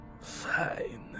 Fine